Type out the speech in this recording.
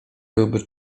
byłby